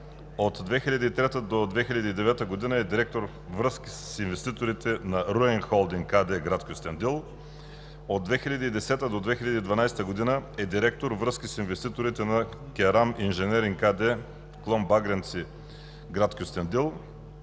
От 2003 до 2009 г. е директор „Връзки с инвеститорите“ на „Руен Холдинг“ АД – град Кюстендил. От 2010 г. до 2012 г. е директор „Връзки с инвеститорите“ на „Кераминженеринг“ АД, клон „Багренци“ – град Кюстендил.